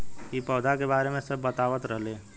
इ पौधा के बारे मे सब बतावत रहले